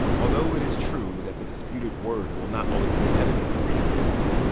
although it is true that the disputed word will not always be evidence of racial animus,